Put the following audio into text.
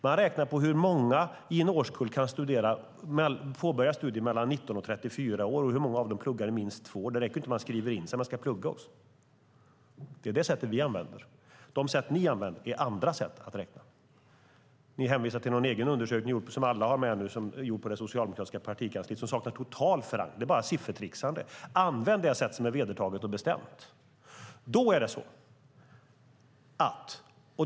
Man räknar på hur många i en årskull som kan påbörja studier i åldern 19-34 år och hur många av dem som pluggar i minst två år. Det räcker inte att de skriver in sig, utan de ska plugga också. Det är det sättet vi använder. De sätt ni använder är andra sätt att räkna. Ni hänvisar till någon egen undersökning som alla har med nu som är gjord på det socialdemokratiska partikansliet som saknar total förankring. Det är bara siffertricksande. Använd det sätt som är vedertaget och bestämt.